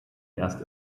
erst